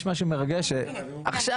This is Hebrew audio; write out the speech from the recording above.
ויש משהו מרגש בזה שעכשיו,